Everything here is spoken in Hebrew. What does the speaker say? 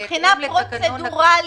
בהתאם לתקנון